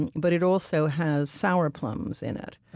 and but it also has sour plums in it.